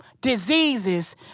Diseases